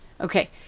Okay